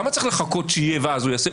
למה צריך לחכות שיהיה ואז הוא יעשה?